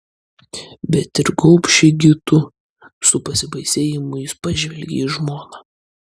bet ir gobši gi tu su pasibaisėjimu jis pažvelgė į žmoną